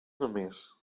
només